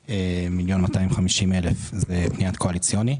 102,250,000 זה תקציב קואליציוני,